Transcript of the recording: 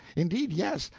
indeed yes.